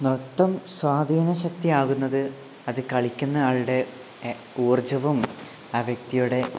നൃത്തം സ്വാധീനശക്തി ആകുന്നത് അത് കളിക്കുന്ന ആളുടെ എ ഊർജ്ജവും ആ വ്യക്തിയുടെ